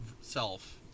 self